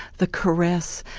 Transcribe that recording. the caress,